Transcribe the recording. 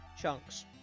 chunks